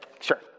sure